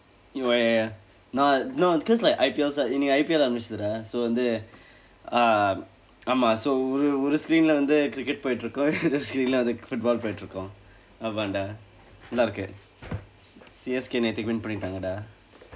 oh ya ya ya no no cause like I_P_L starts இன்றைக்கு:inraikku I_P_L ஆரம்பிக்கிறது:aarambikkirathu dah so வந்து:vanthu um ஆமாம்:aamaam so ஒரு ஒரு:oru oru screen இல்ல வந்து:illa vanthu cricket போயிட்டு இருக்கும் இன்னொரு:pooyitdu irukkum innoru screen இல்ல வந்து:illa vandthu football போயிட்டு இருக்கும் ஆமாம்:pooyitdu irukkum aamaam dah நல்லா இருக்கு:nallaa irukku C_S_K நேற்று:neerru win பண்ணிட்டாங்க:pannitdaangka dah